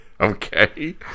Okay